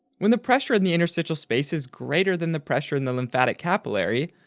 when the pressure in the interstitial space is greater than the pressure in the lymphatic capillary,